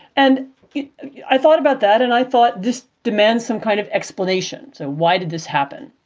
and i thought about that. and i thought this demands some kind of explanation. so why did this happen?